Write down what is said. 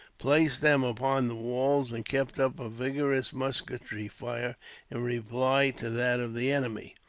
placed them upon the walls, and kept up a vigorous musketry fire in reply to that of the enemy.